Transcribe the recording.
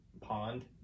pond